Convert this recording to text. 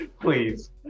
please